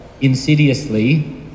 insidiously